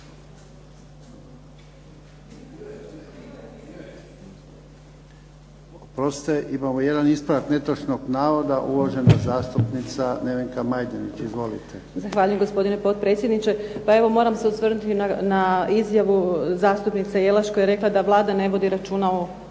Oprostite, imamo jedan ispravak netočnog navoda uvažena zastupnica Nevenka Majdenić. Izvolite. **Majdenić, Nevenka (HDZ)** Zahvaljujem gospodine potpredsjedniče. Pa evo, moram se osvrnuti na izjavu zastupnice Jelaš koja je rekla da Vlada ne vodi računa o